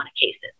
cases